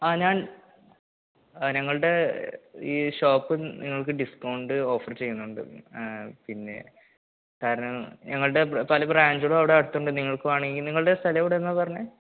ആ ഞാൻ ആ ഞങ്ങളുടെ ഈ ഷോപ്പിൽ നിങ്ങൾക്ക് ഡിസ്കൗണ്ട് ഓഫർ ചെയ്യുന്നുണ്ട് പിന്നെ കാരണം ഞങ്ങളുടെ പല ബ്രാഞ്ചുകളും അവിടെ അടുത്തുണ്ട് നിങ്ങൾക്ക് വേണമെങ്കില് നിങ്ങളുടെ സ്ഥലം എവിടെയാണെന്നാണ് പറഞ്ഞത്